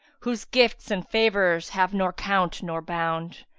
whose gifts and favours have nor count nor bound!